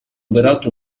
peraltro